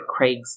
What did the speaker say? Craigslist